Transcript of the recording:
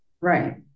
right